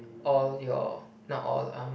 all your not all lah